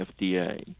FDA